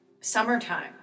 summertime